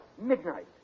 midnight